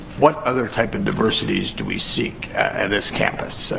what other type of diversities do we seek at this campus?